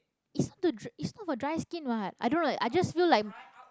it's not to dr~ it's not for dry skin what I don't know I just feel like